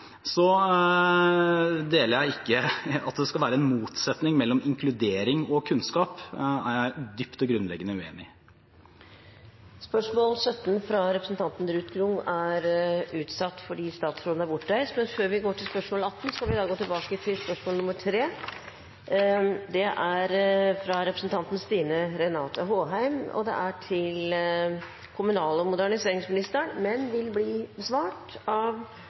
Så deler jeg ikke at det skal være en motsetning mellom inkludering og kunnskap. Det er jeg dypt og grunnleggende uenig i. Dette spørsmålet er utsatt til neste spørretime, da statsråden er bortreist. Vi går tilbake til spørsmål 3. Dette spørsmålet, fra representanten Stine Renate Håheim til kommunal- og moderniseringsministeren, vil bli besvart av arbeids- og sosialministeren som rette vedkommende. «Regjeringen åpnet for å overføre en rekke oppgaver til